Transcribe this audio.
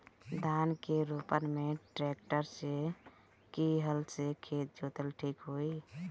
धान के रोपन मे ट्रेक्टर से की हल से खेत जोतल ठीक होई?